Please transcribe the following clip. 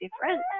different